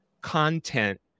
content